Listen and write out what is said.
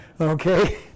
Okay